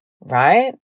right